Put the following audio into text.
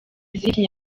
zirimo